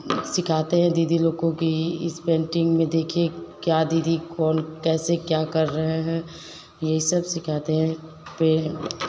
सिखाते हैं दीदी लोग को कि इस पेंटिंग में देखिए क्या दीदी कौन कैसे क्या कर रहे हैं यही सब सिखाते हैं पे